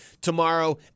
tomorrow